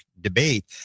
debate